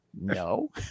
No